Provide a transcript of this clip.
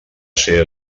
ser